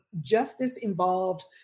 justice-involved